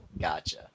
gotcha